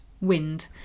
wind